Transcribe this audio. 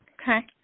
Okay